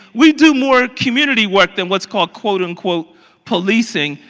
we do more community work than what is called, quote-unquote policing,